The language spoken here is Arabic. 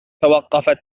توقفت